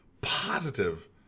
positive